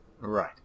Right